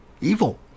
evil